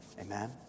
amen